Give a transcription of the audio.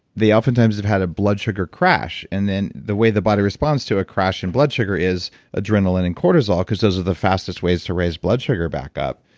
oftentimes have had a blood sugar crash. and then the way the body responds to a crash in blood sugar is adrenaline and cortisol, because those are the fastest ways to raise blood sugar back up.